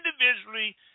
individually